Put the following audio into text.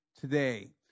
today